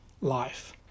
life